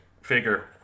figure